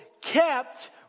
kept